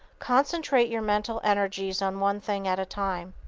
concentrate your mental energies on one thing at a time.